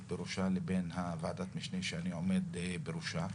בראשה לבין ועדת המשנה שאני עומד בראשה.